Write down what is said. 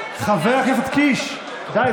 חבר הכנסת קיש, די.